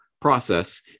process